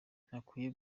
ntakwiye